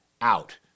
out